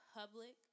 public